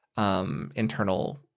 Internal